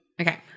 Okay